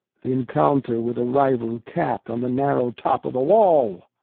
the encounter with a rival cat on the narrow top of a wall.